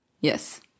yes